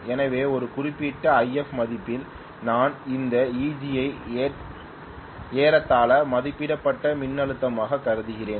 எனவே ஒரு குறிப்பிட்ட If மதிப்பில் நான் இந்த Eg ஐ ஏறத்தாழ மதிப்பிடப்பட்ட மின்னழுத்தமாக கருதுகிறேன்